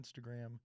Instagram